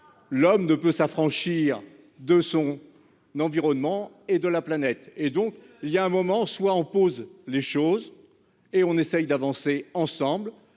L'homme ne peut s'affranchir de son. Environnement et de la planète et donc il y a un moment, soit on pose les choses. Et on essaye d'avancer ensemble,